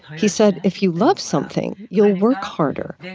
he said if you love something, you'll work harder.